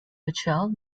mitchell